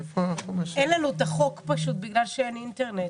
אין לנו את החוק בגלל שאין אינטרנט.